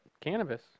Cannabis